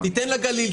תיתן לגליל,